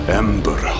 ember